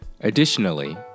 Additionally